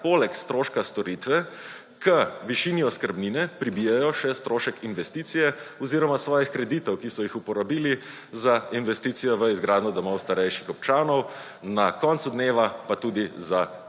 poleg stroška storitve k višini oskrbnine pribijejo še strošek investicije oziroma svojih kreditov, ki so jih uporabili za investicijo v izgradnjo domov starejših občanov, na koncu dneva pa tudi za